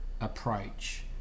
approach